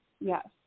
Yes